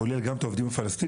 כולל גם את העובדים הפלסטינים?